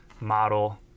model